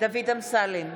דוד אמסלם,